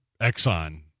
Exxon